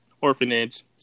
orphanage